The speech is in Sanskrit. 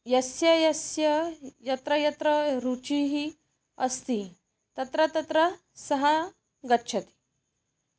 यस्य यस्य यत्र यत्र रुचिः अस्ति तत्र तत्र सः गच्छति